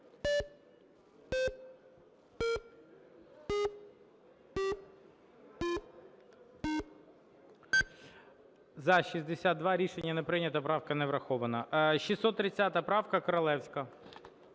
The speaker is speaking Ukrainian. За-62 Рішення не прийнято. Правка не врахована. 630 правка, Королевська.